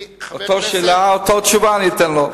אותה שאלה, אותה תשובה אני אתן לו.